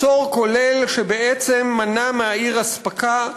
מצור כולל שבעצם מנע מהעיר אספקה.